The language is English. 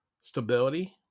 stability